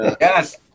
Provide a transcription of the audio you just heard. Yes